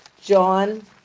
John